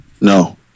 No